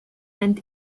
and